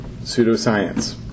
pseudoscience